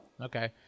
Okay